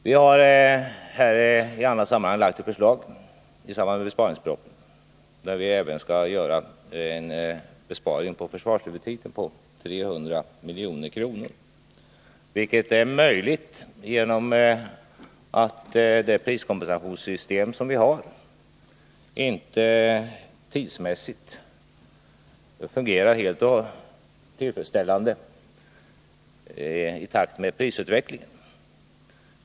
Vi har i samband med besparingspropositionen lagt fram ett förslag till besparingar även på försvarets huvudtitel — besparingar på 300 milj.kr. — vilket är möjligt genom att det kompensationssystem som vi har inte fungerar helt tillfredsställande tidsmässigt i takt med prisutvecklingen.